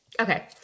Okay